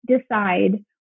decide